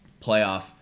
playoff